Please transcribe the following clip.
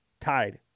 Tied